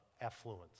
affluence